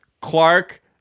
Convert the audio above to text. Clark